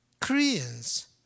Koreans